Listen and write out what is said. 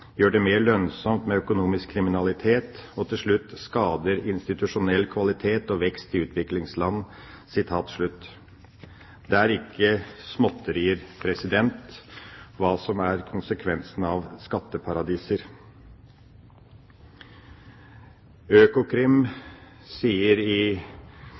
til slutt – «skader institusjonell kvalitet og vekst i utviklingsland». Det er ikke småtterier, det som er konsekvensen av skatteparadiser. Økokrim sier i